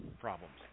problems